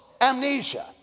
amnesia